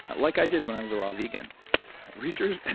like i did when i was a raw vegan researchers